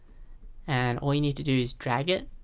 and all you need to do is drag it